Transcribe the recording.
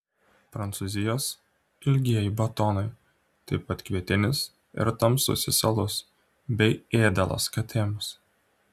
prancūzijos ilgieji batonai taip pat kvietinis ir tamsusis alus bei ėdalas katėms